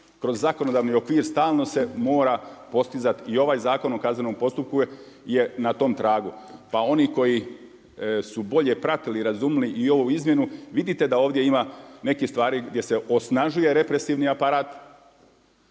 kroz zakonodavni okvir stalno se mora postizati i ovaj Zakon o kaznenom postupku je na tom tragu. Pa oni koji su bolje pratili, razumili i ovu izmjenu vidite da ovdje ima nekih stvari gdje se osnažuje represivni aparat,